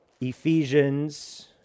Ephesians